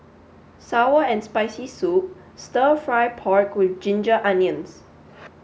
sour and spicy soup stir fry pork with ginger onions